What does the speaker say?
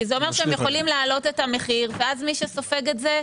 כי זה אומר שהם יכולים להעלות את המחיר ואז מי שסופג את זה,